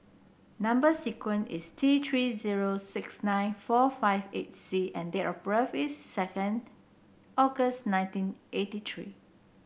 number sequence is T Three zero six nine four five eight C and date of birth is second August nineteen eighty three